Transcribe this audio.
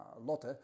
Lotte